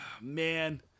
Man